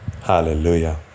hallelujah